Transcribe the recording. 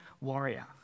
warrior